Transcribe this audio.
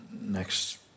Next